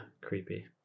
creepy